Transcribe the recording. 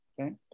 Okay